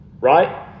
right